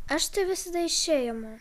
aš tai visada iš čia imu